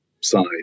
side